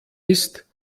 ist